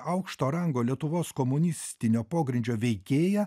aukšto rango lietuvos komunistinio pogrindžio veikėja